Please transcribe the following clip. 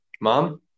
mom